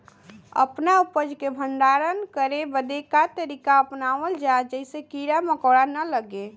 अपना उपज क भंडारन करे बदे का तरीका अपनावल जा जेसे कीड़ा मकोड़ा न लगें?